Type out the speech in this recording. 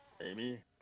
Amy